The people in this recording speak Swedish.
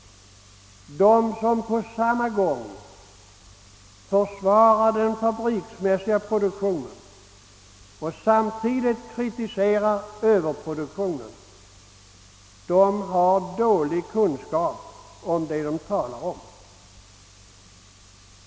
De som på samma gång försvarar den fabriksmässiga produktionen och kritiserar överproduktionen har dåliga kunskaper om det de talar om.